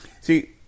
See